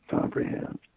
comprehend